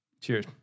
Cheers